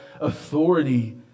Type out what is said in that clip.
authority